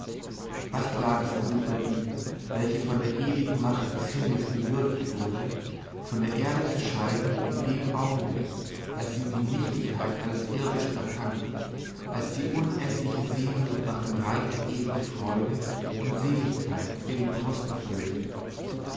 was klagest du über die welche von der ewigen macht des himmels gewürdigt wurde von der erde zu scheiden in dem augenblick als sie die nichtigkeit alles irdischen erkannt als die unendliche sehnsucht nach dem reich der ewigen freude und seligkeit ihre brust erfüllte